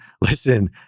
Listen